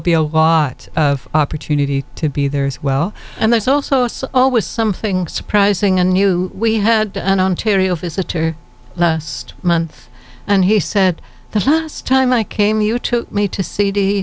be a lot of opportunity to be there as well and there's also us always something surprising and new we had an ontario visitor last month and he said the last time i came you took me to